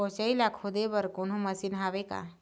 कोचई ला खोदे बर कोन्हो मशीन हावे का?